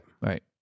right